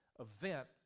event